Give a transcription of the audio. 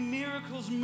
miracles